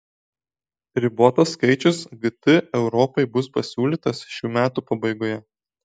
ribotas skaičius gt europai bus pasiūlytas šių metų pabaigoje